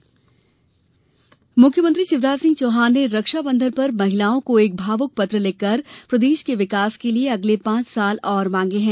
मुख्यमंत्री चिटठी मुख्यमंत्री शिवराजसिंह चौहान ने रक्षाबंधन पर महिलाओं को एक भावुक पत्र लिखकर प्रदेश के विकास के लिये अगले पांच साल और मांगे है